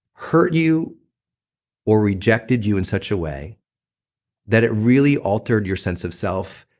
hurt you or rejected you in such a way that it really altered your sense of self,